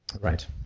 Right